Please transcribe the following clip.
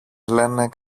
λένε